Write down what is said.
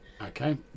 Okay